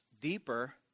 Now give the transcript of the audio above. deeper